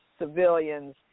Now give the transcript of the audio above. civilians